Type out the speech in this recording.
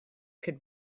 could